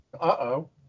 Uh-oh